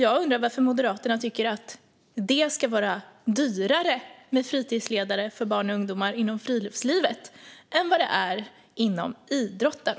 Jag undrar varför Moderaterna tycker att det ska vara dyrare med fritidsledare för barn och ungdomar inom friluftslivet än vad det är inom idrotten.